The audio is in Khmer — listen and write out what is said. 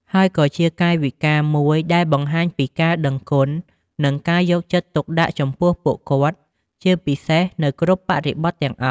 ហើយក៏ជាកាយវិការមួយដែលបង្ហាញពីការដឹងគុណ និងការយកចិត្តទុកដាក់ចំពោះពួកគាត់ ជាពិសេសនៅគ្រប់បរិបទទាំងអស់។